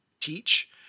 teach